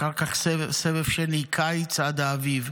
אחר כך סבב שני, קיץ עד האביב,